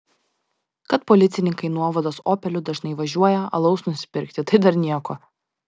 kad policininkai nuovados opeliu dažnai važiuoja alaus nusipirkti tai dar nieko